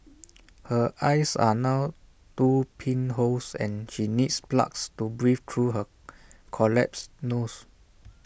her eyes are now two pinholes and she needs plugs to breathe through her collapsed nose